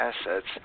assets